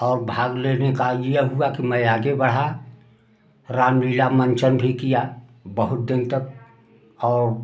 और भाग लेने का यह हुआ कि मैं आगे बढ़ा रामलीला मंचन भी किया बहुत दिन तक और